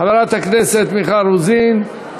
חברת הכנסת מיכל רוזין,